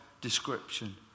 description